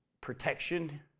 protection